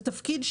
רק חובת יידוע.